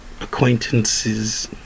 Acquaintances